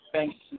Thanks